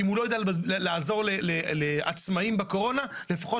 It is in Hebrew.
אם הוא לא יודע לעזור לעצמאים בקורונה לפחות